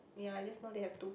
ya just know they have two kid